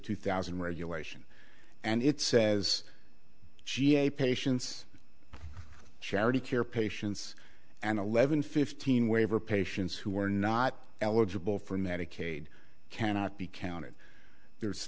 two thousand regulation and it says she a patient's charity care patients and eleven fifteen waiver patients who are not eligible for medicaid cannot be counted there's